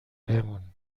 بمون